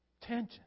Tension